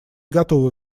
готовы